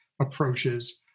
approaches